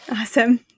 Awesome